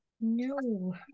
No